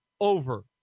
over